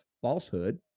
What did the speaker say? falsehood